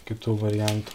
kitų variantų